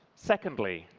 secondly,